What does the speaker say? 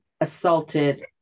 assaulted